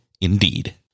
Indeed